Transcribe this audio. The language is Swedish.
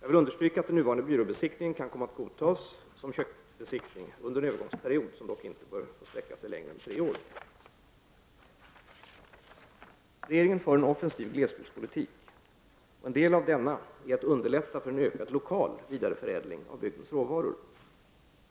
Jag vill understryka att den nuvarande byråbesiktningen kan komma att godtas som köttbesiktning under en övergångsperiod som dock inte bör få sträcka sig längre än tre år. Regeringen för en offensiv glesbygdspolitik. En del av denna innebär att man underlättar för en ökad lokal vidareförädling av bygdens råvaror.